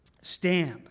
Stand